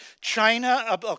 China